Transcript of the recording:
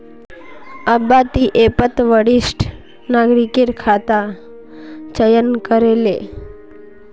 अब्बा ती ऐपत वरिष्ठ नागरिकेर खाता चयन करे ले